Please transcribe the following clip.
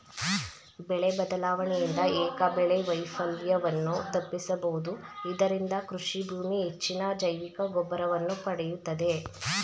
ಬೆಳೆ ಬದಲಾವಣೆಯಿಂದ ಏಕಬೆಳೆ ವೈಫಲ್ಯವನ್ನು ತಪ್ಪಿಸಬೋದು ಇದರಿಂದ ಕೃಷಿಭೂಮಿ ಹೆಚ್ಚಿನ ಜೈವಿಕಗೊಬ್ಬರವನ್ನು ಪಡೆಯುತ್ತದೆ